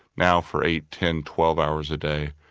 now for eight, ten, twelve hours a day,